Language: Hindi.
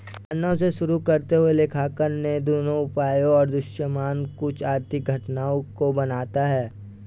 धारणा से शुरू करते हुए लेखांकन दोनों उपायों और दृश्यमान कुछ आर्थिक घटनाओं को बनाता है